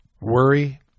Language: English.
worry